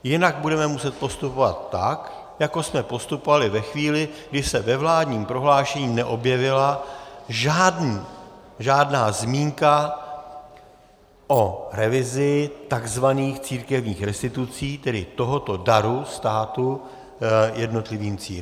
Jinak budeme muset postupovat tak, jako jsme postupovali ve chvíli, kdy se ve vládním prohlášení neobjevila žádná zmínka o revizi tzv. církevních restitucí, tedy tohoto daru státu jednotlivým církvím.